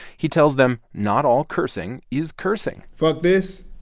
he tells them, not all cursing is cursing fuck this,